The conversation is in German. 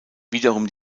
wiederum